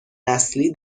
نسلی